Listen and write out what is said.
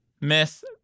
miss